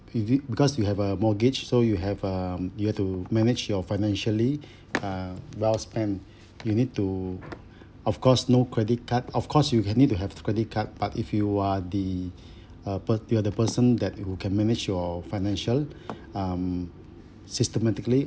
is it because you have a mortgage so you have um you have to manage your financially uh well spend you need to of course no credit card of course you can either have credit card but if you are the uh per~ you are the person that you can manage your financial um systematically